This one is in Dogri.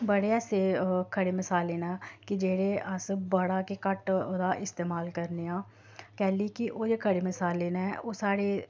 बड़े ऐसे खड़े मसाले न कि जेह्ड़े अस बड़ा गै घट्ट ओह्दा इस्तेमाल करने आं कैह्ली कि ओह् जे खड़े मसाले न ओह् साढ़े